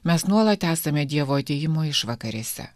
mes nuolat esame dievo atėjimo išvakarėse